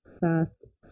fast